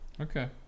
Okay